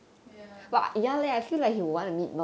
ya